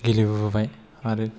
गेलेबोबाय आरो